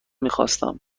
میخواستم